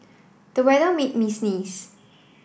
the weather made me sneeze